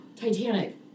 Titanic